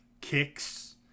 kicks